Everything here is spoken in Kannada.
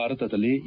ಭಾರತದಲ್ಲೇ ಎ